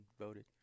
voted